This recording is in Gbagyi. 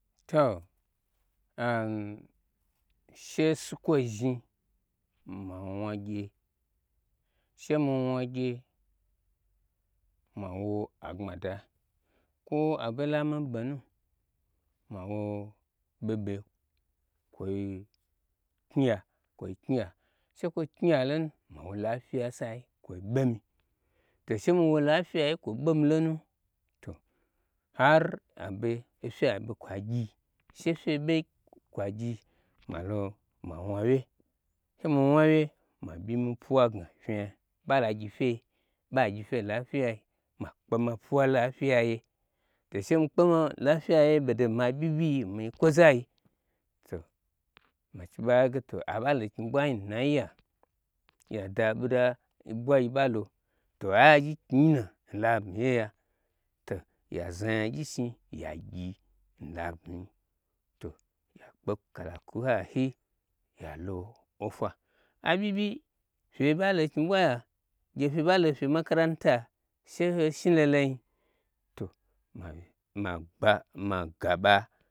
To am she sukwo zhni ma wnagye shemi wnagye mawo agbmada kwo aɓolami ɓenu mawo ɓeɓe kwoi knyiya shekwo knyi miya lonu ma wo laifiya sai kwoi ɓemi to she mi wo laifyiyai kwoi ɓemi lonu to har kwa ɓe ofye aɓe kwagyi shefye ɓe kwagyi malo ma wnu awye she mi wna wye ma ɓyi mi pwuwa gna vnya ɓalo gyi fye, ɓa gyifye n laifyi yai ma kpe ma pwuwa laifyiyaye to she mi kpe ma laifyi yaye ɓodon ma ɓyiɓyii nmi nyi kwo zayi to machi ɓa nhaige to aɓalo knyi ɓwainu nai ye'a yada ɓoda oɓwa yiɓalo to aye agyi knyinu'a n labmi yeya to ya za nyagyi shni yagyi n labmi to yi kpe kala kwu n hayi yalo ofwa ai ɓyi ɓyi fyee ɓalo knyi ɓwa ya, gye fye ɓa lofye makaranta she ho shni lolo nyi to ma ɓa ma gaɓa.